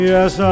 Yes